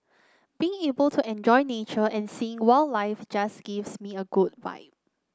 being able to enjoy nature and seeing wildlife just gives me a good vibe